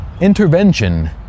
intervention